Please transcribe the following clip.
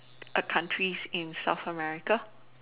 countries in South America